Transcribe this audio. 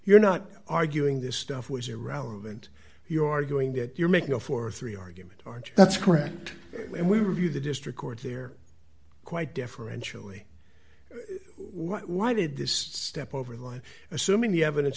you're not arguing this stuff was irrelevant your arguing that you're making a for three argument or that's correct when we review the district court they're quite differentially why did this step over the line assuming the evidence